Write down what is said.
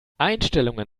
einstellungen